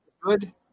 Good